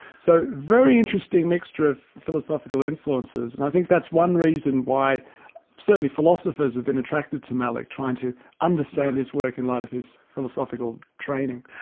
very interesting mixture of philosophical influences and i think that's one reason why certainly philosophers have been attracted to malick. trying to understand his work in light of his philosophical training.